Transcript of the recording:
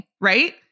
right